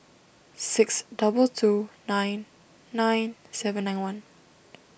six double two nine nine seven nine one